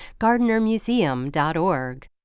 Gardnermuseum.org